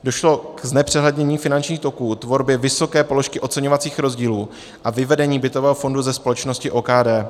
Došlo k znepřehlednění finančních toků, tvorbě vysoké položky oceňovacích rozdílů a vyvedení bytového fondu ze společnosti OKD.